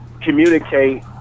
communicate